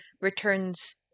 returns